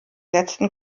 letzten